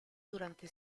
durante